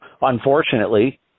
unfortunately